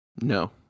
No